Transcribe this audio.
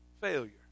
failure